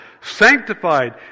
sanctified